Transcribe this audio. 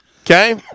Okay